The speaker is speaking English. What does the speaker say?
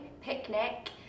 picnic